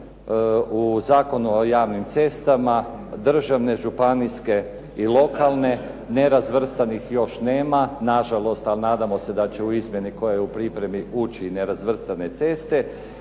u Zakonu o javnim cestama, državne, županijske i lokalne. Nerazvrstanih još nema, na žalost. Ali nadamo se da će u izmjeni koja je u pripremi ući nerazvrstane ceste.